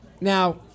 Now